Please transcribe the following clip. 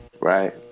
Right